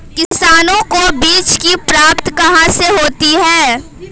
किसानों को बीज की प्राप्ति कहाँ से होती है?